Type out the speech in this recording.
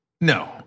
No